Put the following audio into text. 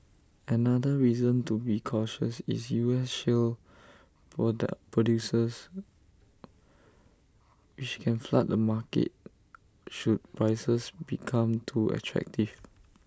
another reason to be cautious is U S shale product producers which can flood the market should prices become too attractive